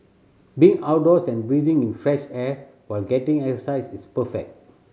being outdoors and breathing in fresh air while getting exercise is perfect